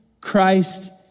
Christ